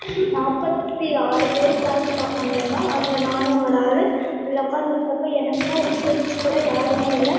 நாற்பத்தி ஆறு பேர் கிளாஸில் உட்காந்திருந்தோம் அதில் நானும் ஒரு ஆள் அதில் உட்காந்து இருந்தப்போ எனக்குனு ஒரு ஃப்ரெண்ட்ஸ் கூட யாருமே இல்லை